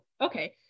okay